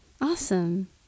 Awesome